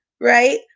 right